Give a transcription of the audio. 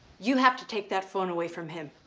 you have to take that phone away from him.